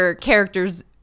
characters